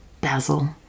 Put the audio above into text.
basil